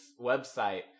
website